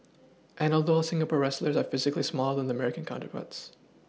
and although Singapore wrestlers are physically smaller than their American counterparts